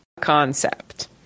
concept